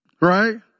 right